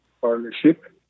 partnership